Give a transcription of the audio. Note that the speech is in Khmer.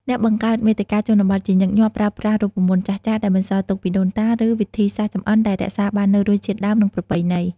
អ្នកបង្កើតមាតិកាជនបទជាញឹកញាប់ ប្រើប្រាស់រូបមន្តចាស់ៗ ដែលបន្សល់ទុកពីដូនតា ឬ វិធីសាស្រ្តចម្អិនដែលរក្សាបាននូវរសជាតិដើម និងប្រពៃណី។